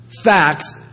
facts